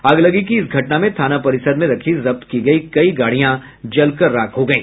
अगलगी की इस घटना में थाना परिसर में रखी जब्त की गयी कई गाड़ियां जलकर राख हो गयी